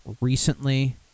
recently